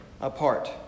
apart